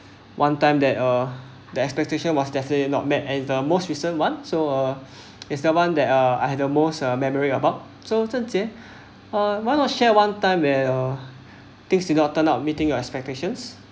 one time that uh the expectation was definitely not met and the most recent one so uh is the one that uh are the most memory about so zhen jie uh want a share one time where uh things did not turn up meeting your expectations